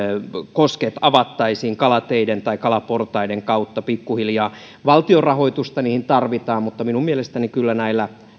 kosket avattaisiin kalateiden tai kalaportaiden kautta pikkuhiljaa valtion rahoitusta niihin tarvitaan mutta minun mielestäni kyllä näillä